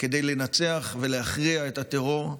כדי לנצח ולהכריע את הטרור,